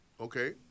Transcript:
Okay